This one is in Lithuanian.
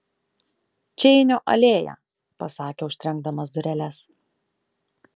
čeinio alėja pasakė užtrenkdamas dureles